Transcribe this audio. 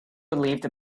relieved